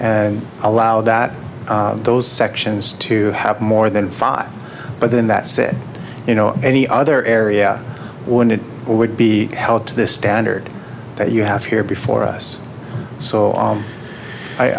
and allow that those sections to have more than five but then that said you know any other area when it would be held to this standard that you have here before us so